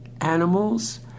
animals